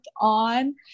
on